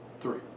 three